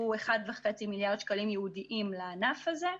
1.5 מיליארד שקלים ייעודיים לענף הזה.